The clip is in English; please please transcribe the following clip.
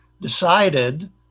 decided